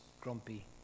grumpy